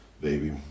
baby